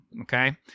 Okay